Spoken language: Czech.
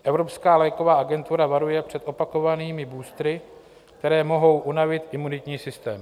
Evropská léková agentura varuje před opakovanými boostery, které mohou unavit imunitní systém.